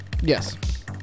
yes